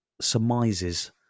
Surmises